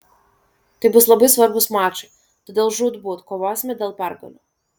tai bus labai svarbūs mačai todėl žūtbūt kovosime dėl pergalių